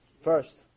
First